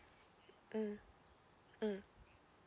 mm mm